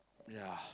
ya